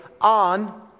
on